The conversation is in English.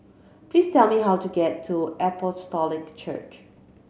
please tell me how to get to Apostolic Church